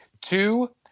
two